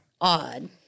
odd